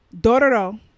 Dororo